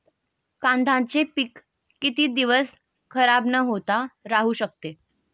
कांद्याचे पीक किती दिवस खराब न होता राहू शकते?